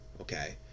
Okay